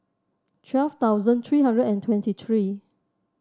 twelve thousand three hundred and twenty three